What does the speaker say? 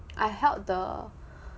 I hug the